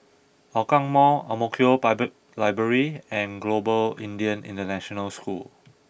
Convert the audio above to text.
Hougang Mall Ang Mo Kio Public Library and Global Indian International School